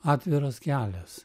atviras kelias